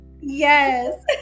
Yes